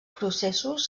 processos